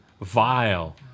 vile